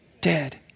dead